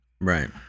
Right